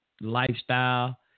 lifestyle